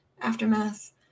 Aftermath